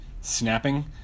snapping